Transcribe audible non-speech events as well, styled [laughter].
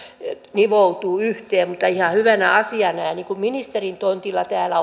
nivoutuvat yhteen mutta ihan hyvänä asiana sitä pidän niin kuin ministerin tontilla täällä [unintelligible]